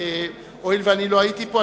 הואיל ולא הייתי פה,